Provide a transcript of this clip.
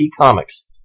Comics